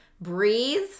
Breathe